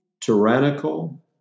tyrannical